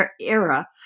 era